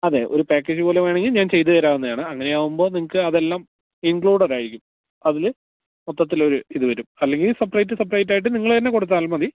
അതെ ഒരു പാക്കേജ് പോലെ വേണമെങ്കില് ഞാൻ ചെയ്തുതരാവുന്നതാണ് അങ്ങനെയാകുമ്പോള് നിങ്ങള്ക്ക് അതെല്ലാം ഇംഗ്ലൂഡഡായിരിക്കും അതില് മൊത്തത്തിലൊരു ഇത് വരും അല്ലെങ്കില് സപ്റേറ്റ് സപ്റേറ്റായിട്ട് നിങ്ങള് തന്നെ കൊടുത്താലും മതി